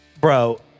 Bro